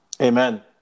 Amen